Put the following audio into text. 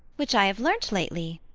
which i have learnt lately.